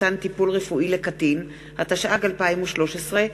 התשע"ג 2013,